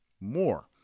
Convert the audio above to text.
more